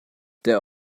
der